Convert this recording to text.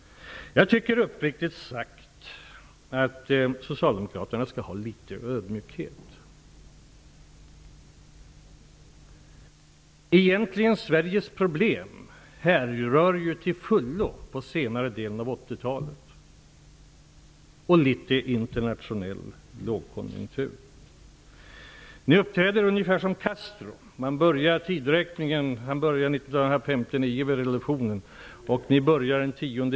Jag tycker uppriktigt sagt att socialdemokraterna skall visa litet ödmjukhet. Egentligen härrör Sveriges problem till fullo från senare delen av 1980-talet och beror också delvis på internationell lågkonjunktur. Ni uppträder ungefär som Castro som lät tideräkningen börja vid revolutionen 1959.